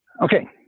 Okay